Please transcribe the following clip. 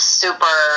super